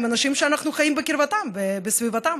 עם אנשים שאנחנו חיים בקרבתם ובסביבתם.